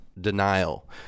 denial